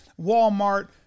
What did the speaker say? Walmart